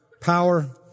power